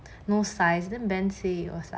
no size then ben says was like